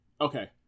Okay